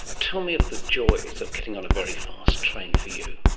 tell me of the joys of getting on a very fast train for you.